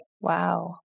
Wow